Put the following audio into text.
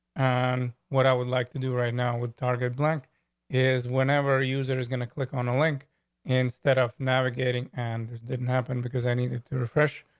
and what i would like to do right now with target blank is whenever use, it is going to click on a link instead of navigating. and it didn't happen because i needed to refresh,